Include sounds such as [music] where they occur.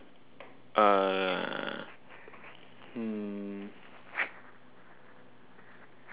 uh hm [noise]